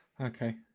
Okay